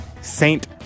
Saint